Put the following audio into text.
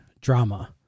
drama